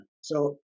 So-